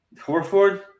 Horford